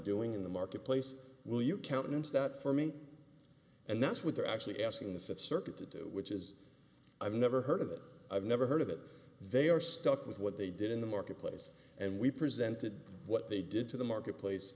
doing in the marketplace will you countenance that for me and that's what they're actually asking the fifth circuit to do which is i've never heard of it i've never heard of it they are stuck with what they did in the marketplace and we presented what they did to the marketplace